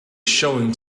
showing